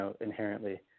inherently